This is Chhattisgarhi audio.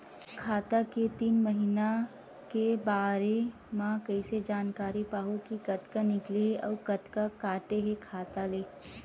खाता के तीन महिना के बारे मा कइसे जानकारी पाहूं कि कतका निकले हे अउ कतका काटे हे खाता ले?